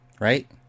right